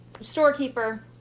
storekeeper